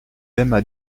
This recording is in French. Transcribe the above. aiment